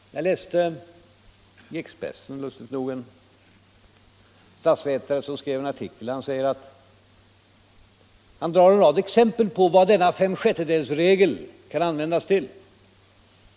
Jag läste, lustigt nog i Expressen, en artikel skriven av en statsvetare. 157 Han gav en rad exempel på vad denna femsjättedelsregel kan användas till.